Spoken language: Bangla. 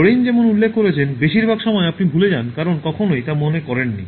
লোরেইন যেমন উল্লেখ করেছেন বেশিরভাগ সময় আপনি ভুলে যান কারণ আপনি কখনই তা মনে করেন নি